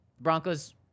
Broncos